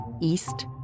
East